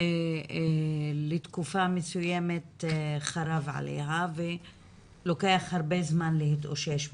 לתקופה מסוימת חרב עליה ולוקח הרבה זמן להתאושש מזה.